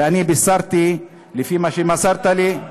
ואני בישרתי, לפי מה שמסרת לי,